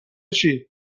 شید